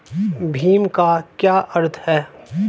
भीम का क्या अर्थ है?